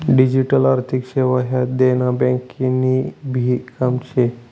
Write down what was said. digital आर्थिक सेवा ह्या देना ब्यांकनभी काम शे